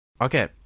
okay